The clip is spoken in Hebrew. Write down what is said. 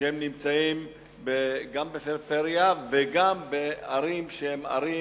שנמצאים גם בפריפריה וגם בערים שהן במצב